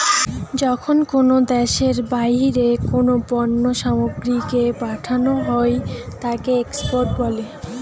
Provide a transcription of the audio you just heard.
যখন কোনো দ্যাশের বাহিরে কোনো পণ্য সামগ্রীকে পাঠানো হই তাকে এক্সপোর্ট বলে